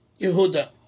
Yehuda